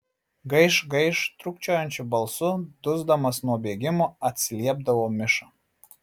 gaiš gaiš trūkčiojančiu balsu dusdamas nuo bėgimo atsiliepdavo miša